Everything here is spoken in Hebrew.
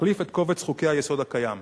שתחליף את קובץ חוקי-היסוד הקיים.